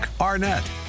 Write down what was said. Arnett